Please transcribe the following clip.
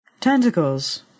Tentacles